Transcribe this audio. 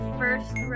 first